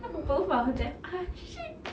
both of them are shit